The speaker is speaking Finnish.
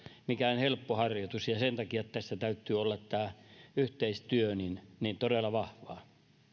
mikään helppo harjoitus ja ja sen takia tässä täytyy olla tämä yhteistyö todella vahvaa